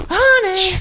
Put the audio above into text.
honey